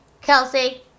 Kelsey